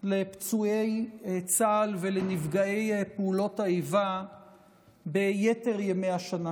לפצועי צה"ל ולנפגעי פעולות האיבה ביתר ימי השנה,